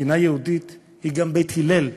מדינה יהודית היא גם בית הלל,